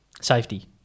Safety